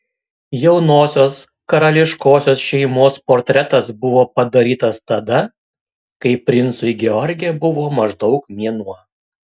jaunosios karališkosios šeimos portretas buvo padarytas tada kai princui george buvo maždaug mėnuo